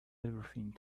everything